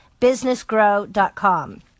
businessgrow.com